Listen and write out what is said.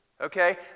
okay